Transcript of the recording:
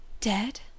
Dead